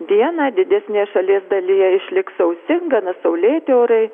dieną didesnėje šalies dalyje išliks sausi gana saulėti orai